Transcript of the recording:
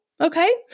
okay